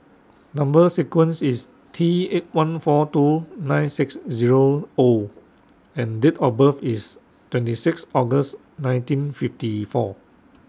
Number sequence IS T eight one four two nine six Zero O and Date of birth IS twenty six August nineteen fifty four